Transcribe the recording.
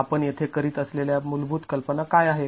आपण येथे करीत असलेल्या मूलभूत कल्पना काय आहेत